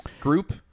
group